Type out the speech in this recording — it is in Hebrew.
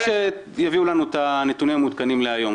אז רק שיביאו לנו את הנתונים המעודכנים להיום,